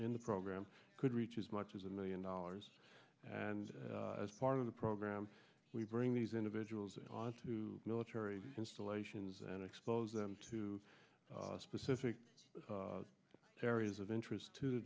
in the program could reach as much as a million dollars and as part of the program we bring these individuals on to military installations and expose them to specific areas of interest to